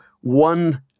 one